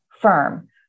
firm